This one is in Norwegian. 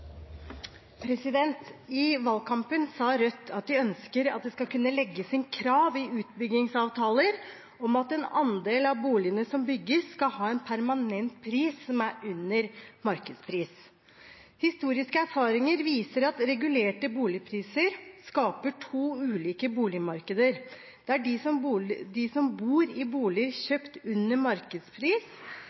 skal kunne legges inn krav i utbyggingsavtaler om at en andel av boligene som bygges, skal ha en permanent pris som er under markedspris. Historiske erfaringer viser at regulerte boligpriser skaper to ulike boligmarkeder, der de som bor i boliger som er kjøpt under markedspris,